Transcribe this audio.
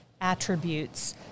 Attributes